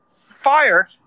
Fire